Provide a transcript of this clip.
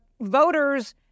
voters